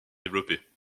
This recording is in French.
développer